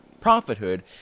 prophethood